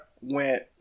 went